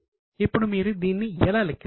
ఇప్పుడు మీరు దీన్ని ఎలా లెక్కిస్తారు